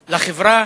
לחברה.